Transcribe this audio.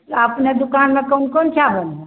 अपने दोकानमे कोन कोन चावल हइ